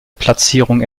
platzierung